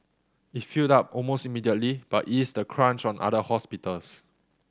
it filled up almost immediately but eased the crunch on other hospitals